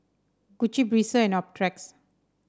Gucci Breezer and Optrex